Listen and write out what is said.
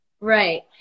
right